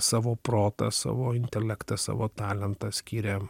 savo protą savo intelektą savo talentą skiria